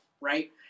right